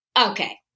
okay